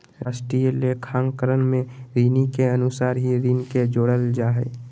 राष्ट्रीय लेखाकरण में ऋणि के अनुसार ही ऋण के जोड़ल जा हइ